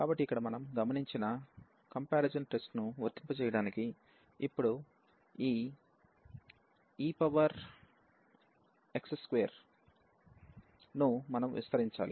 కాబట్టి ఇక్కడ మనం గమనించిన కంపారిజన్ టెస్ట్ ను వర్తింపచేయడానికి ఇప్పుడు ఈ ex2 ను మనం విస్తరించాలి